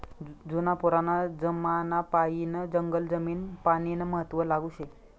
जुना पुराना जमानापायीन जंगल जमीन पानीनं महत्व लागू शे